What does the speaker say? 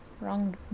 Wrong